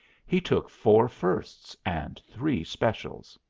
he took four firsts and three specials.